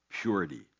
purity